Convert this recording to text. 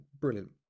brilliant